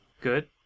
Good